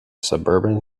suburban